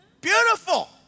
Beautiful